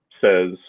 says